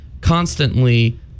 constantly